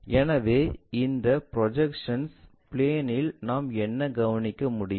எனவே இந்த ப்ரொஜெக்ஷன் பிளேன்இல் நாம் என்ன கவனிக்க முடியும்